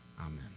amen